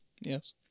Yes